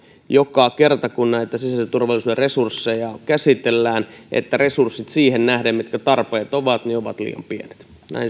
joka kerta kun näitä sisäisen turvallisuuden resursseja käsitellään että resurssit siihen nähden mitkä tarpeet ovat ovat liian pienet